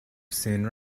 soon